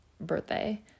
birthday